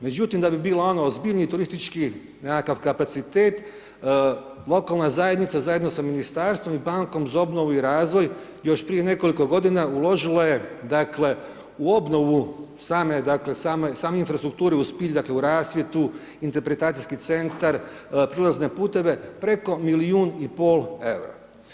Međutim, da bi bilo ono ozbiljniji turistički nekakav kapacitet, lokalna zajednica zajedno sa Ministarstvo i bankom za obnovu i razvoj još prije nekoliko godina uložila je, dakle, u obnovu same, dakle, same infrastrukture u spilji, dakle, u rasvjetu, interpretacijski centar, prilazne puteve, preko milijun i pol EUR-a.